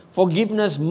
forgiveness